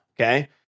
Okay